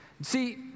See